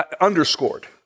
underscored